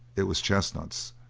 it was chestnuts.